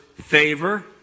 favor